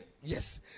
yes